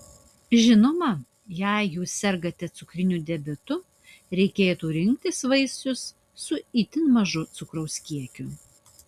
žinoma jei jūs sergate cukriniu diabetu reikėtų rinktis vaisius su itin mažu cukraus kiekiu